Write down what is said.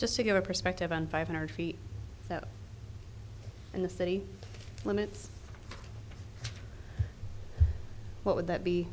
just to get a perspective on five hundred feet in the city limits what would that be